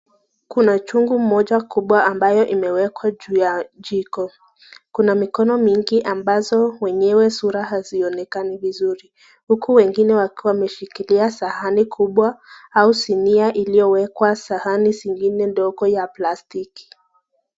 Kuna chungu moja ambayo imewekwa juu ya jiko, kuna mikono mingi ambazo wenyewe sura hazionekani vizuri, huku wengine wakiwa wameshikilia sahani kubwa, au sinia iliyowekwa sahani zingine ndogo ya plastiki.